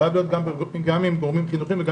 הוא חייב להיות גם עם גורמים חינוכיים וגם